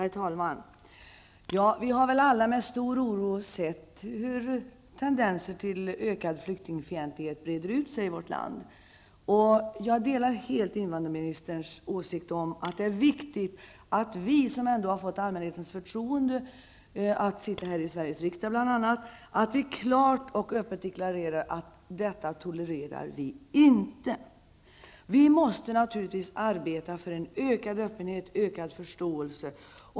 Herr talman! Vi har väl alla med stor oro sett hur tendenser till ökad flyktingfientlighet breder ut sig i vårt land. Jag delar helt invandrarministerns åsikt om att det är viktigt att vi, som ändå har fått allmänhetens förtroende att sitta här i Sveriges riksdag, klart och öppet deklarerar: Detta tolererar vi inte. Vi måste naturligtvis arbeta för en ökad öppenhet och för en ökad förståelse.